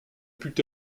put